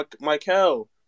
Michael